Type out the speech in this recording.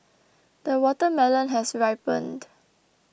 the watermelon has ripened